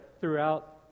throughout